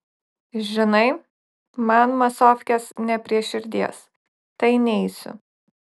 žinai man masofkės ne prie širdies tai neisiu